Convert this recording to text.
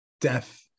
death